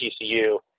TCU